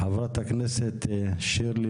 חברת הכנסת שירלי